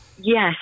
Yes